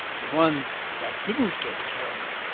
the one that didn't get killed,